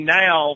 now